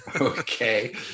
Okay